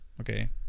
Okay